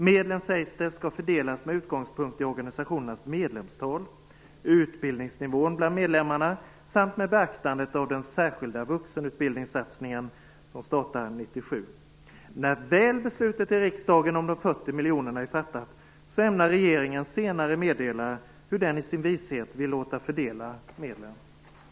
Medlen skall, sägs det, fördelas med utgångspunkt i organisationernas medlemstal, utbildningsnivån bland medlemmarna samt med beaktande av den särskilda vuxenutbildningssatsningen som startar 1997. När väl beslutet i riksdagen om de 40 miljonerna är fattat ämnar regeringen senare meddela hur den i sin vishet vill låta fördela medlen.